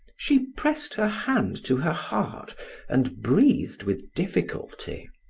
she pressed her hand to her heart and breathed with difficulty.